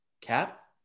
Cap